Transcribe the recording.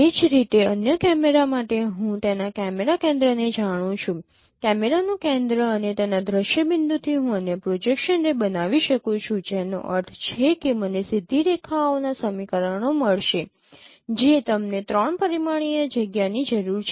એ જ રીતે અન્ય કેમેરા માટે હું તેના કેમેરા કેન્દ્રને જાણું છું કેમેરાનું કેન્દ્ર અને તેના દ્રશ્ય બિંદુથી હું અન્ય પ્રોજેક્શન રે બનાવી શકું છું જેનો અર્થ છે કે મને સીધી રેખાઓના સમીકરણો મળશે જે તમને ૩ પરિમાણીય જગ્યાની જરૂર છે